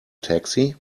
taxi